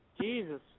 Jesus